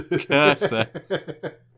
Cursor